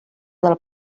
del